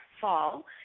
fall